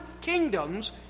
kingdoms